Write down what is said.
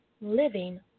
living